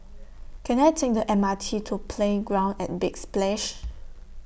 Can I Take The M R T to Playground At Big Splash